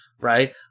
Right